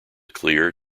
clear